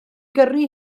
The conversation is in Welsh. gyrru